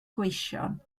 gweision